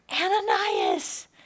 Ananias